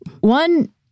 One